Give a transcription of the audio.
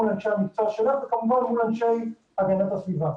מול אנשי המקצוע שלך וכמובן מול אנשי הגנת הסביבה.